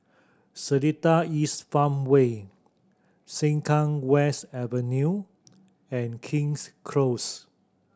Seletar East Farmway Sengkang West Avenue and King's Close